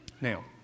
Now